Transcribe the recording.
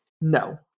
No